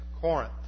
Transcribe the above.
Corinth